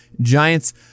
Giants